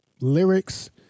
lyrics